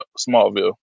Smallville